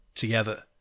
Together